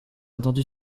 entendu